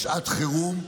בשעת חירום,